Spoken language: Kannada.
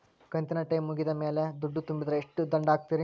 ಕಂತಿನ ಟೈಮ್ ಮುಗಿದ ಮ್ಯಾಲ್ ದುಡ್ಡು ತುಂಬಿದ್ರ, ಎಷ್ಟ ದಂಡ ಹಾಕ್ತೇರಿ?